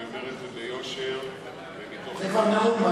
אני אומר את זה ביושר ומתוך, זה כבר נהוג,